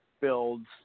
builds